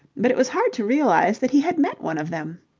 but it was hard to realize that he had met one of them.